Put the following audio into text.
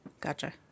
Gotcha